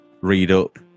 read-up